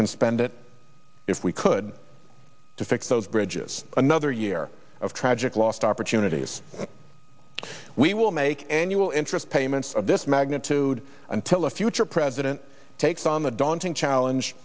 can spend it if we could to fix those bridges another year of tragic lost opportunities we will make annual interest payments of this magnitude until a future president takes on the daunting challenge